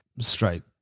Straight